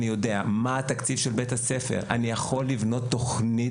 אני יודע מהו התקציב של בית הספר; אני יכול לבנות תכנית